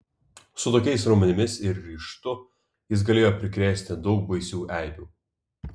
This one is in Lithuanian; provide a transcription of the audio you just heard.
su tokiais raumenimis ir ryžtu jis galėjo prikrėsti daug baisių eibių